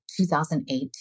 2008